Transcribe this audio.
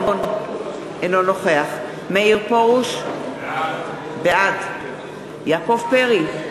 אינו נוכח מאיר פרוש, בעד יעקב פרי,